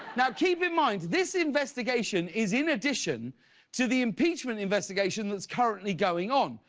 now keep in mind, this investigation is in addition to the impeachment investigation that is currently going on.